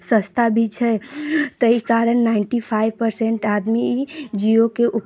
सस्ता भी छै ताहिकारण नाइंटी फाइव परसेंट आदमी जियोके